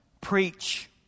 preach